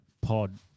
pod